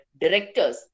directors